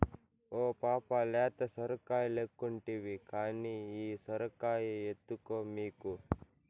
ఓ పాపా లేత సొరకాయలెక్కుంటివి కానీ ఈ సొరకాయ ఎత్తుకో మీకు